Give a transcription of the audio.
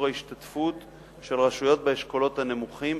ההשתתפות של רשויות באשכולות הנמוכים,